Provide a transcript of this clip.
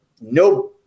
no